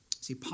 See